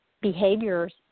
behaviors